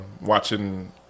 watching